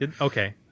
Okay